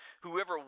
Whoever